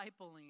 discipling